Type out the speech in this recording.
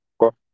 Go